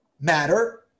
matter